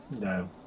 no